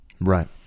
right